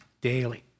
daily